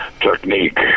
technique